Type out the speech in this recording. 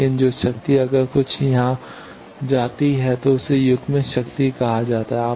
लेकिन जो शक्ति अगर कुछ यहाँ जाती है तो उसे युग्मित शक्ति कहा जाता है